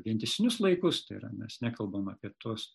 vientisinius laikus tai yra mes nekalbam apie tuos